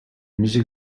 music